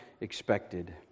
expected